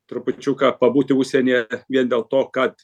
trupučiuką pabūti užsienyje vien dėl to kad